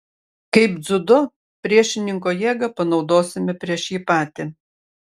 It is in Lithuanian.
kaip dziudo priešininko jėgą panaudosime prieš jį patį